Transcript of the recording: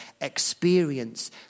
experience